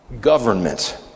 government